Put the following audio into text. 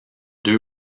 deux